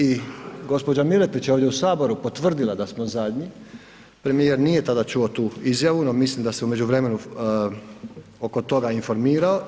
I gospođa Miletić je ovdje u Saboru potvrdila da smo zadnji, premijer nije tada čuo tu izjavu, no mislim da se u međuvremenu oko tog informirao.